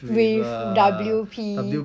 with W_P